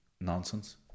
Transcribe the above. nonsense